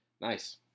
nice